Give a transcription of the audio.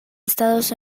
estados